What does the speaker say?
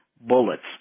bullets